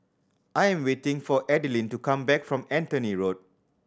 I am waiting for Adilene to come back from Anthony Road